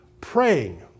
praying